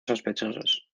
sospechosos